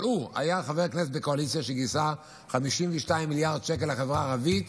אבל הוא היה חבר כנסת בקואליציה שגייסה 52 מיליארד שקל לחברה הערבית,